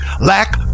Lack